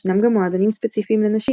ישנם גם מועדונים ספציפיים לנשים,